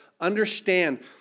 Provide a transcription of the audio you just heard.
understand